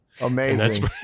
amazing